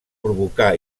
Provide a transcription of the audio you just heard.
provocà